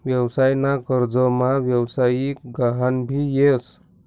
व्यवसाय ना कर्जमा व्यवसायिक गहान भी येस